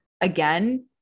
again